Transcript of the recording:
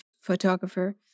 photographer